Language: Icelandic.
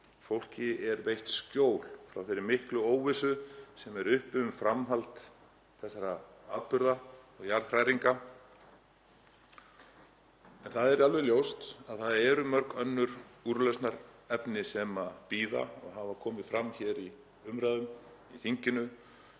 Fólki er veitt skjól frá þeirri miklu óvissu sem er uppi um framhald þessara atburða og jarðhræringa. En það er alveg ljóst að það eru mörg önnur úrlausnarefni sem bíða eins og hefur komið fram í umræðum í þinginu.